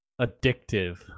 addictive